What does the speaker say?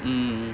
mm